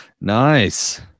nice